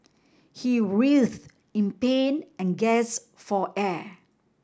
he writhed in pain and gasped for air